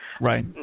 Right